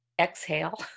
exhale